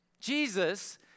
Jesus